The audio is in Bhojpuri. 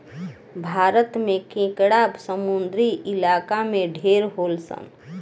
भारत में केकड़ा समुंद्री इलाका में ढेर होलसन